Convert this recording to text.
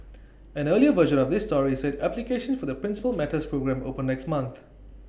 an earlier version of this story said applications for the Principal Matters programme open next month